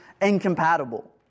incompatible